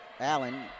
Allen